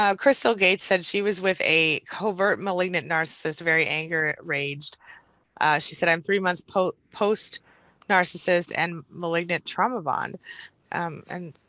um crystal gates said she was with a covert, malignant narcissist, very angerraged. she she said i'm three months post post narcissist and malignant trauma bond and.